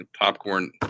popcorn